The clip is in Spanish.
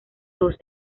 dos